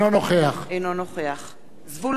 זבולון אורלב, אינו נוכח